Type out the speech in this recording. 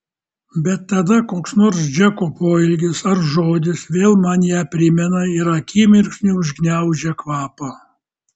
bet tada koks nors džeko poelgis ar žodis vėl man ją primena ir akimirksniu užgniaužia kvapą